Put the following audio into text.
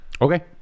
Okay